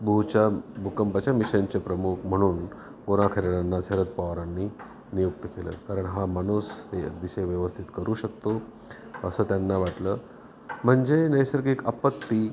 भूजच्या भूकंपाच्या मिशनचे प्रमुख म्हणून गो ना खैरनारांना शरद पवारांनी नियुक्त केलं कारण हा माणूस ते अतिशय व्यवस्थित करू शकतो असं त्यांना वाटलं म्हणजे नैसर्गिक आपत्ती